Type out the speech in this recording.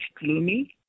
gloomy